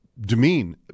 demean